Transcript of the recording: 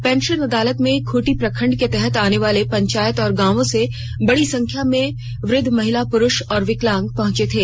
pension अदालत में खूंटी प्रखण्ड के तहत आने वाले पंचायत और गांवों से बडी संख्या में वृद्ध महिला पुरुष और विकलांग पहचे थे